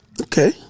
Okay